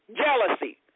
jealousy